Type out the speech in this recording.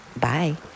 Bye